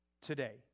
today